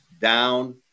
down